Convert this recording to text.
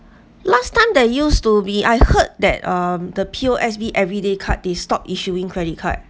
last time they used to be I heard that um the P_O_S_B everyday card they stopped issuing credit card